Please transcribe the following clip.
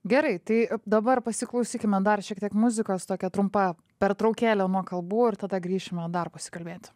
gerai tai dabar pasiklausykime dar šiek tiek muzikos tokia trumpa pertraukėlė nuo kalbų ir tada grįšime dar pasikalbėti